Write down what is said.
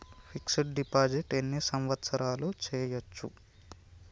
Fix డ్ deposit ఎన్ని సంవత్సరాలు చేయచ్చు?